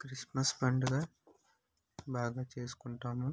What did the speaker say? Christmas పండుగ బాగా చేసుకుంటాము